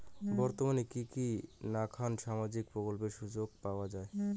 বর্তমানে কি কি নাখান সামাজিক প্রকল্পের সুযোগ পাওয়া যায়?